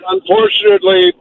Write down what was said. Unfortunately